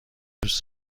دوست